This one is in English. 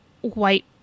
white